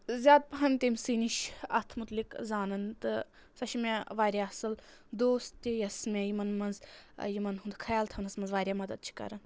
زیادٕ پَہَم تٔمۍ سٕے نِش اَتھ مُتعلِق زانان تہٕ سۄ چھِ مےٚ واریاہ اَصٕل دوست تہِ یۄس مےٚ یِمَن منٛز یِمَن ہُنٛد خیال تھاونَس منٛز واریاہ مَدَد چھِ کَران